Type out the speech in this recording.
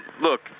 look